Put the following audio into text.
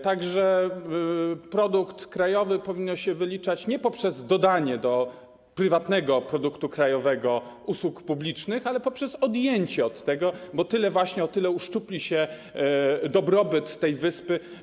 Tak że produkt krajowy powinno się wyliczać nie poprzez dodanie do prywatnego produktu krajowego usług publicznych, ale poprzez ich odjęcie, bo o tyle właśnie uszczupli się dobrobyt tej wyspy.